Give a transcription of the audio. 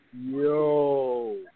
yo